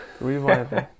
Revival